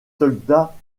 soldats